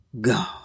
God